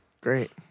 Great